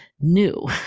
new